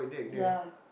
ya